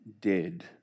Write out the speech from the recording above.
dead